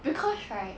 because right